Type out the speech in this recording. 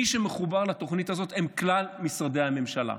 מי שמחובר לתוכנית הזאת הם כלל משרדי הממשלה.